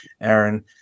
aaron